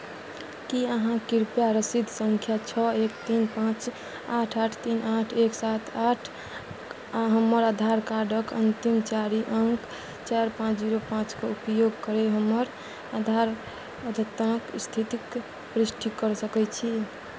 की अहाँ कृपया रसीद सङ्ख्या छओ एक तीन पाँच आठ आठ तीन आठ एक सात आठ आ हमर आधार कार्डक अन्तिम चारि अंक चारि पाँच जीरो पाँचके उपयोग करैत हमर आधार अद्यतनक स्थितिक पुष्टि कऽ सकैत छी